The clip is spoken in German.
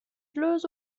mögliche